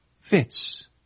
fits